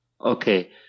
Okay